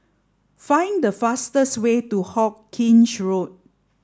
find the fastest way to Hawkinge Road